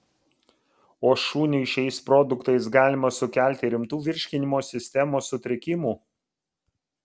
o šuniui šiais produktais galima sukelti rimtų virškinimo sistemos sutrikimų